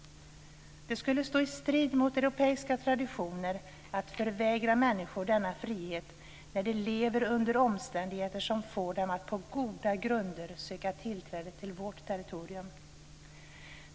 Det skulle stå i strid med europeiska traditioner att förvägra människor denna frihet när de lever under omständigheter som får dem att på goda grunder söka tillträde till vårt territorium.